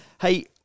Hey